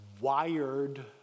wired